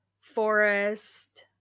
Forest